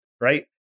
right